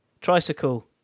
Tricycle